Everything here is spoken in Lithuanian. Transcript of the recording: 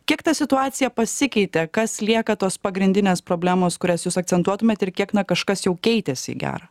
kiek ta situacija pasikeitė kas lieka tos pagrindinės problemos kurias jūs akcentuotumėt ir kiek na kažkas jau keitėsi į gerą